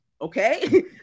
okay